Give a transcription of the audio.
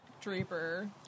Draper